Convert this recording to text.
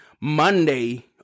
Monday